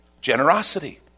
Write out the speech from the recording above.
Generosity